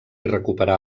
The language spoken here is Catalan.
recuperà